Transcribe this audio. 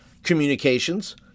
communications